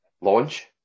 launch